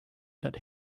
that